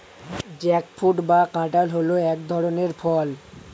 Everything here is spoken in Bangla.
জ্যাকফ্রুট বা কাঁঠাল হল এক ধরনের ফল